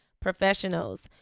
professionals